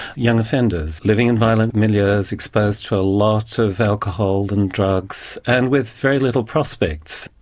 young offenders, living in violent milieus exposed to a lot of alcohol and drugs and with very little prospects.